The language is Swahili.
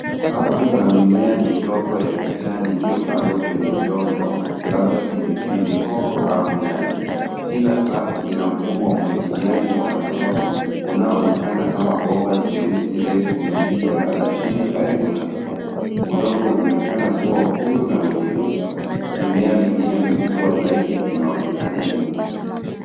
Safu za mimea midogo ya kijani iliyopandwa, kwenye udongo labda pilipili hoho au nyanya. Kila safu ina mfumo wa umwagiliaji wa matone unaoonekana kama bomba jeusi refu lililolala chini. Karibu na mimea, udongo unaonekana kuwa huru na wenye rutuba. Mimea mingine mikubwa zaidi inaonekana nyuma.